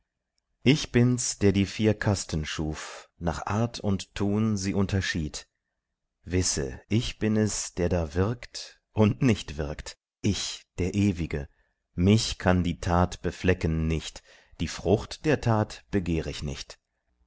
ich bin's der die vier kasten schuf nach art und tun sie unterschied wisse ich bin es der da wirkt und nicht wirkt ich der ewige mich kann die tat beflecken nicht die frucht der tat begehr ich nicht